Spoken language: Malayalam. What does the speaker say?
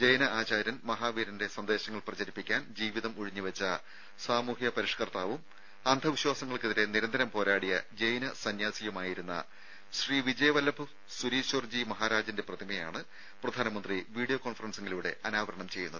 ജൈന ആചാര്യൻ മഹാവീരന്റെ സന്ദേശങ്ങൾ പ്രചരിപ്പിക്കാൻ ജീവിതം ഉഴിഞ്ഞുവെച്ച പരിഷ്ക്കർത്താവും സാമൂഹ്യ അന്ധവിശ്വാസങ്ങൾക്കെതിരെ നിരന്തരം പോരാടിയ ജൈന സന്യാസിയുമായിരുന്ന ശ്രീ വിജയവല്ലഭ് സുരീശ്വർജി മഹാരാജിന്റെ പ്രതിമയാണ് പ്രധാനമന്ത്രി വീഡിയോ കോൺഫറൻസിലൂടെ അനാവരണം ചെയ്യുന്നത്